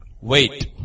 wait